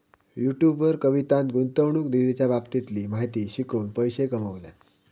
YouTube वर कवितान गुंतवणूक निधीच्या बाबतीतली माहिती शिकवून पैशे कमावल्यान